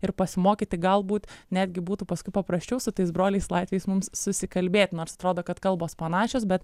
ir pasimokyti galbūt netgi būtų paskui paprasčiau su tais broliais latviais mums susikalbėt nors atrodo kad kalbos panašios bet